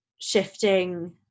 shifting